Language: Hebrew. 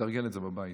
אתרגל את זה בבית.